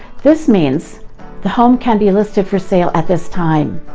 this means the home can be listed for sale at this time.